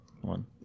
one